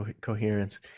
coherence